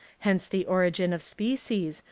hence the origin of species,